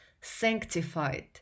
sanctified